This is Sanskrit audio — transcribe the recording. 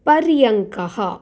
पर्यङ्कः